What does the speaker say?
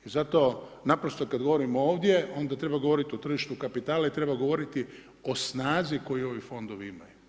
I zato, naprosto kada govorimo ovdje, onda treba govoriti o tržištu kapitala i treba govoriti o snazi koju ovi fondovi imaju.